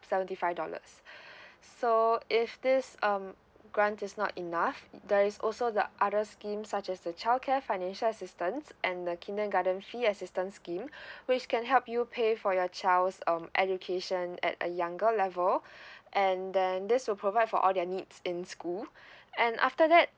seventy five dollars so if this um grant is not enough there is also the other scheme such as the childcare financial assistance and the kindergarten fee assistance scheme which can help you pay for your child's um education at a younger level and then this will provide for all their needs in school and after that